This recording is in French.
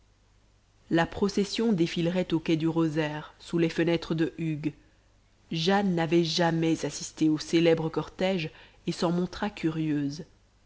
la procession défilerait au quai du rosaire sous les fenêtres de hugues jane n'avait jamais assisté au célèbre cortège et s'en montra curieuse